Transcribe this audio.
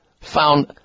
found